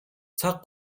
цаг